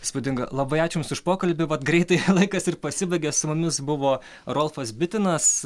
įspūdinga labai ačiū jums už pokalbį vat greitai laikas ir pasibaigė su mumis buvo rolfas bitinas